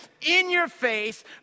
in-your-face